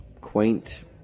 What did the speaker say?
quaint